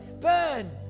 Burn